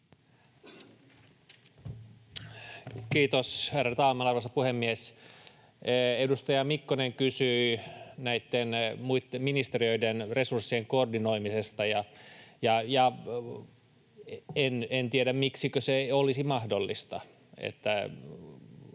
Kiitos, ärade talman, arvoisa puhemies! Edustaja Mikkonen kysyi näitten ministeriöiden resurssien koordinoimisesta. En tiedä, miksikö se ei olisi mahdollista.